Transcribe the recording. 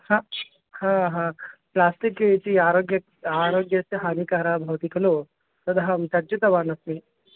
हा हा हा प्लास्टिक् इति आरोग्यम् आरोग्यस्य हानिकारः भवति खलु तदहं तर्जितवानस्मि